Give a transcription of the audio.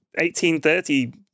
1830